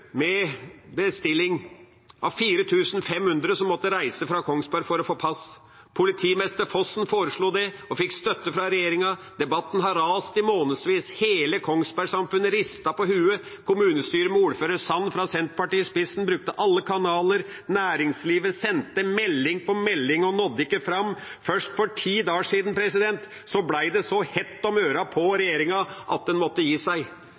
med bestilling for 4 500 som måtte reise fra Kongsberg for å få pass. Politimester Fossen foreslo det og fikk støtte fra regjeringa. Debatten har rast i månedsvis. Hele Kongsberg-samfunnet ristet på hodet. Kommunestyret, med ordfører Sand fra Senterpartiet i spissen, brukte alle kanaler. Næringslivet sendte melding på melding og nådde ikke fram. Først for ti dager siden ble det så hett om ørene på regjeringa at en måtte gi seg.